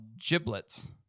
giblets